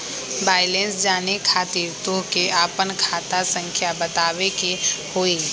Balance जाने खातिर तोह के आपन खाता संख्या बतावे के होइ?